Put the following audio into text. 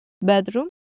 Bedroom